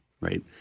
right